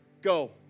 go